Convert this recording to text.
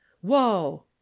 Whoa